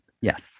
Yes